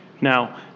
Now